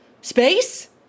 Space